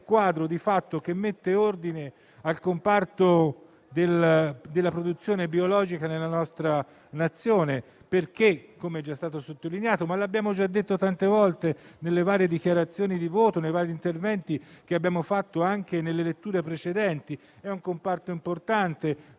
quadro, di fatto, che mette ordine al comparto della produzione biologica nella nostra Nazione, perché, com'è già stato sottolineato e come abbiamo già detto tante volte nelle varie dichiarazioni di voto e nei vari interventi che abbiamo fatto anche nelle letture precedenti, è un comparto importante